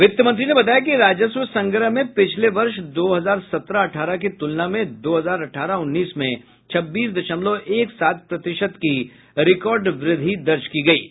वित्त मंत्री ने बताया कि राजस्व संग्रह में पिछले वर्ष दो हजार सत्रह अठारह की तुलना में दो हजार अठारह उन्नीस में छब्बीस दशमलव एक सात प्रतिशत की रिकार्ड वृद्धि दर्ज की गयी है